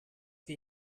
wir